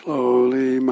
Slowly